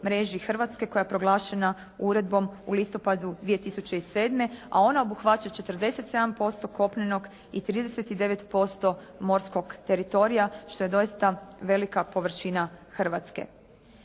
mreži Hrvatske koja je proglašena uredbom u listopadu 2007., a ona obuhvaća 47% kopnenog i 39% morskog teritorija što je doista velika površina Hrvatske.